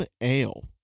ale